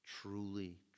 truly